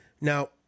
Now